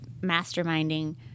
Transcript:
masterminding